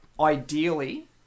ideally